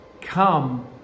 Come